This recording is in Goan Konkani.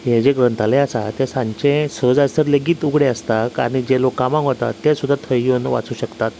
हे जें ग्रंथालय आसा तें सांचे स जायसर लेगीत उगडें आसता आनी जें लोक कामांक वतात ते सुद्दां तंय येवन वाचू शकतात